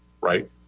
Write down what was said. right